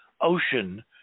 Ocean